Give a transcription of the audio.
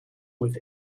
with